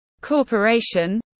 Corporation